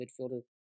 midfielder